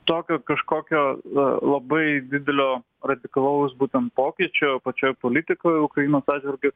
tokio kažkokio labai didelio radikalaus būtent pokyčio pačioj politikoje ukrainos atžvilgiu